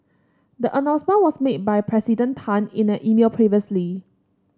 the announcement was made by President Tan in an email previously